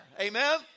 Amen